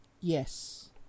Yes